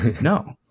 no